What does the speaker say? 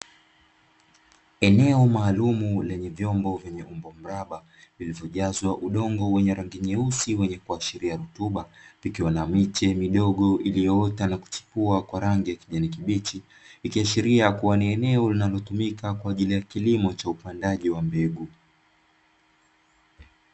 Eneo maalumu lenye vyombo vyenye umbo mraba vilivyo jazwa udongo wenye rangi nyeusi wenye kuashiria rutuba, vikiwa na miche midogo iliyoota na kuchipua kwa rangi ya kijani kibichi, ikiashiria kuwa ni eneo linalotumika kwa kilimo cha upandaji mbegu.